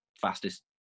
fastest